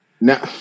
Now